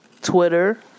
Twitter